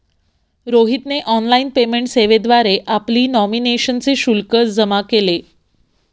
रोहितने online payment सेवेद्वारे आपली नॉमिनेशनचे शुल्क जमा केले